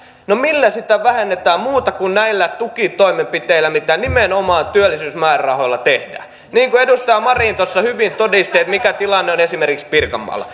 millä sitä vähennetään muuta kuin näillä tukitoimenpiteillä joita nimenomaan työllisyysmäärärahoilla tehdään edustaja marin tuossa hyvin todisti mikä tilanne on esimerkiksi pirkanmaalla